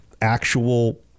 actual